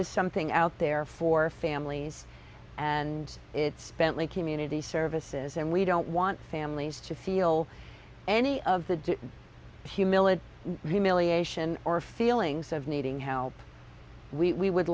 is something out there for families and it's bentley community services and we don't want families to feel any of the humility humiliation or feelings of needing help we would